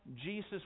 Jesus